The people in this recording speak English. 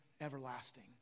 everlasting